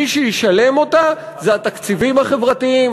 מי שישלם אותה זה התקציבים החברתיים,